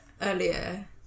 earlier